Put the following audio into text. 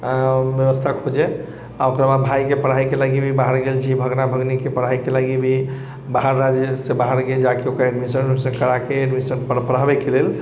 व्यवस्था खोजे आ ओकर बाद भाइके पढ़ाइके लागि भी बाहर गेल छी भगना भगनीके पढ़ाइके लागि भी बाहर राज्यसँ बाहर जाके ओकरा एडमिशन उडमिशन कराके एडमिशन पढ़ाबैके लेल